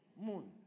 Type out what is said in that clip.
moon